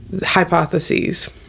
hypotheses